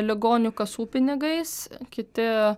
ligonių kasų pinigais kiti